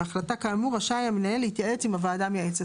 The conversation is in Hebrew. בהחלטה כאמור רשאי המנהל להתייעץ עם הוועדה המייעצת.